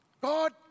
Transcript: God